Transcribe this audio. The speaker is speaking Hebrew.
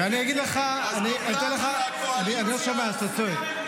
אני אתן לך, אני לא שומע כשאתה צועק.